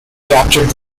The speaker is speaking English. captured